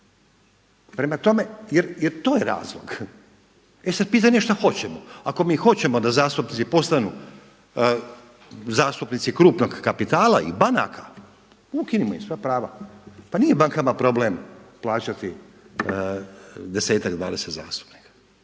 Prema tome, jer to je razlog. E sad pitanje šta hoćemo? Ako mi hoćemo da zastupnici postanu zastupnici krupnog kapitala i banaka ukinimo im sva prava. Pa nije bankama problem plaćati desetak, dvadeset zastupnika.